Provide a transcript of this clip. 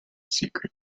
secret